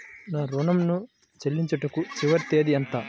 నా ఋణం ను చెల్లించుటకు చివరి తేదీ ఎంత?